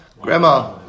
Grandma